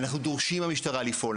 אנחנו דורשים מהמשטרה לפעול,